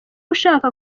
ushaka